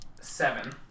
seven